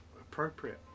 appropriate